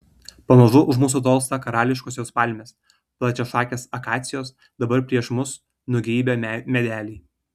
pamažu už mūsų tolsta karališkosios palmės plačiašakės akacijos dabar prieš mus nugeibę medeliai